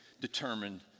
determined